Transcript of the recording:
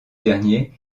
dernier